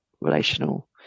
relational